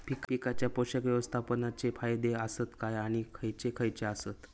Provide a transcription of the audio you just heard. पीकांच्या पोषक व्यवस्थापन चे फायदे आसत काय आणि खैयचे खैयचे आसत?